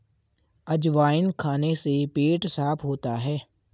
अजवाइन खाने से पेट साफ़ होता है